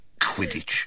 Quidditch